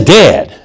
dead